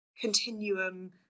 continuum